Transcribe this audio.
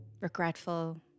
regretful